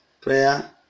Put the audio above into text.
prayer